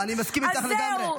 לא, אני מסכים איתך לגמרי.